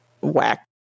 whack